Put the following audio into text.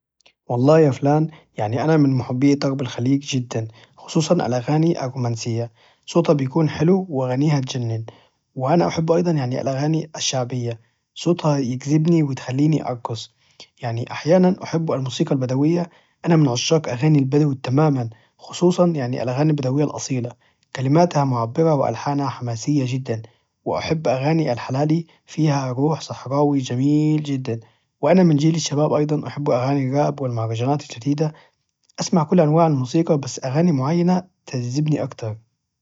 أحب أسمع الشيلات والموسيقى الهادية. الشيلات تعجبني لأنها تحمل معاني قوية، وتحسها تلامس القلب، والهادية تعطي راحة وتخليني أركز إذا كنت مشغول بشي أو بس أبي أسترخي.